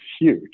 huge